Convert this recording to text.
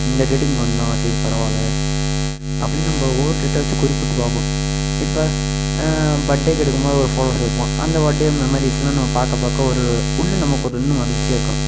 இந்த டேட்டுக்கு இங்கே வந்தோம் சரி பரவாயில்ல அப்படினு நம்ம ஒவ்வொரு டேட்டாக வச்சு குறிப்பிட்டு பார்ப்போம் இப்ப பர்டேக்கு எடுக்கும்போது ஒரு ஃபோட்டோஸ் எடுப்போம் அந்த பர்டே மெமரிஸ்லாம் நம்ம பார்க்க பார்க்க ஒரு உள்ள நமக்கு ஒரு இன்னும் மகிழ்ச்சியாக இருக்கும்